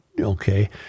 Okay